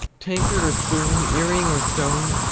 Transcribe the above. tankard, or spoon, earring, or stone,